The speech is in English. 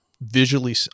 visually